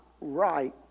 right